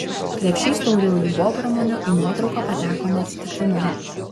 krepšys tauriųjų bobramunių į nuotrauką pateko neatsitiktinai